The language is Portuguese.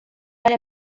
vale